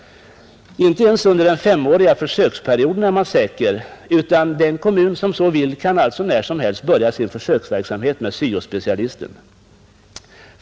Inte ens under den femåriga försöksperioden är man säker, utan den kommun som så vill kan när som helst börja sin försöksverksamhet med syo-specialister.